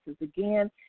Again